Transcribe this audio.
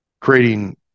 creating